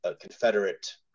Confederate